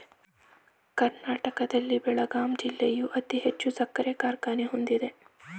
ಕರ್ನಾಟಕದಲ್ಲಿ ಬೆಳಗಾಂ ಜಿಲ್ಲೆಯು ಅತಿ ಹೆಚ್ಚು ಸಕ್ಕರೆ ಕಾರ್ಖಾನೆ ಹೊಂದಿದೆ